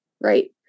right